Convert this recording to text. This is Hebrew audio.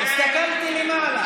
הסתכלתי למעלה.